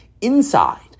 inside